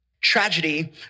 Tragedy